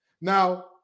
Now